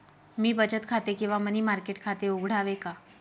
मी बचत खाते किंवा मनी मार्केट खाते उघडावे का?